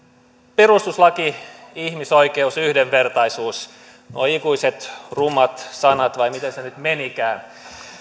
perustuslaki ihmisoikeus yhdenvertaisuus nuo ikuiset rumat sanat vai miten se nyt menikään